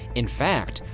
in fact,